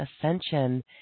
ascension